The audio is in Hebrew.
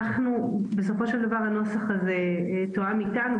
בסופו של דבר הנוסח הזה תואם איתנו,